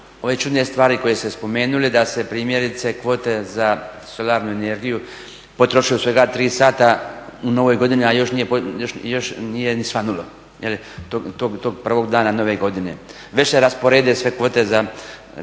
ove čudne stvari koje ste spomenuli da se primjerice kvote za solarnu energiju potroše u svega tri sata u novoj godini a još nije ni svanulo tog prvog dana nove godine. Već sve rasporede svi potezi HROTE-a kao